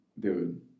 Dude